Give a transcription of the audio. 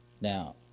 Now